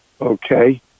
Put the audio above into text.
Okay